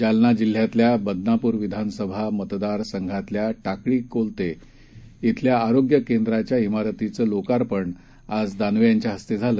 जालनाजिल्ह्यातल्याबदनापूरविधानसभामतदारसंघातल्याटाकळीकोलते क्विल्याआरोग्यकेंद्राच्या मिरतीचेलोकार्पणआजदानवेयांच्याहस्तेझालं